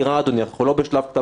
אף פסיכולוג לא יגיד אחרת.